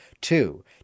Two